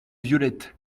violettes